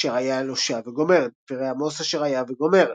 אשר היה אל-הושע וגו'', 'דברי עמוס אשר-היה וגו'',